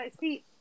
see